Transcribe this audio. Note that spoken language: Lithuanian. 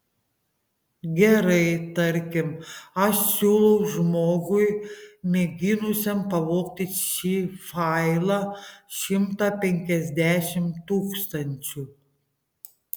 gerai tarkim aš siūlau žmogui mėginusiam pavogti šį failą šimtą penkiasdešimt tūkstančių